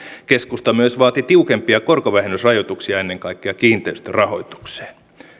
keskusta myös vaati tiukempia korkovähennysrajoituksia ennen kaikkea kiinteistörahoitukseen